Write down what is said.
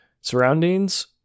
Surroundings